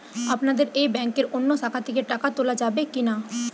আপনাদের এই ব্যাংকের অন্য শাখা থেকে টাকা তোলা যাবে কি না?